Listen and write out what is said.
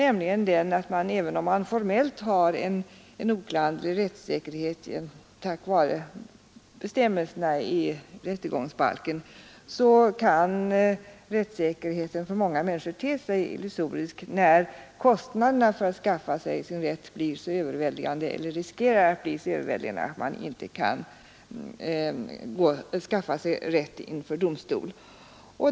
Även om man formellt har en oklanderlig rättssäkerhet tack vare bestämmelserna i rättegångsbalken kan nämligen rättssäkerheten för många människor te sig illusorisk när kostnaderna riskerar att bli så överväldigande att man inte kan skaffa sig rätt inför domstol.